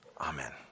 Amen